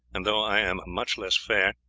and though i am much less fair,